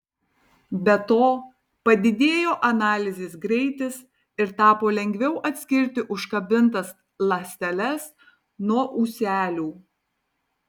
be to padidėjo analizės greitis ir tapo lengviau atskirti užkabintas ląsteles nuo ūselių